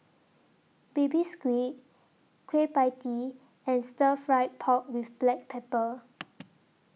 Baby Squid Kueh PIE Tee and Stir Fry Pork with Black Pepper